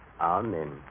Amen